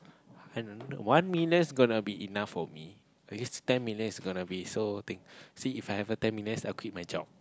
one millions gonna be enough for me ten millions gonna be so thing see If I have a ten millions I will quit my job